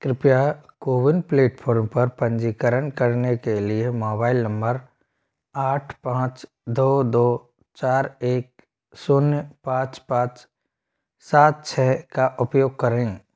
कृपया कोविन प्लेटफ़ॉर्म पर पंजीकरण करने के लिए मोबाइल नंबर आठ पाँच दो दो चार एक शून्य पाँच पाँच सात छः का उपयोग करें